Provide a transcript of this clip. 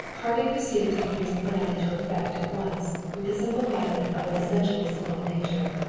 harvey proceeded to put his plan into effect at once, with the simple method of an essentially simple nature.